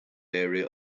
area